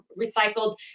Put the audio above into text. recycled